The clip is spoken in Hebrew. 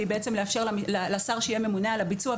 שהיא בעצם לאפשר לשר שיהיה ממונה על הביצוע,